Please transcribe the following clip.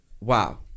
wow